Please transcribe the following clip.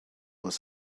was